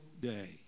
day